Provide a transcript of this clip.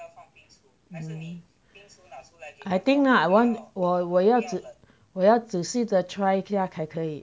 hmm I think ah one 我我要子我要仔细的 try 这样才可以